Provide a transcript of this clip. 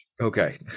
Okay